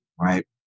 right